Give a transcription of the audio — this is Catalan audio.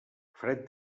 fred